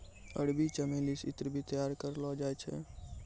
अरबी चमेली से ईत्र भी तैयार करलो जाय छै